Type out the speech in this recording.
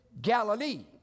Galilee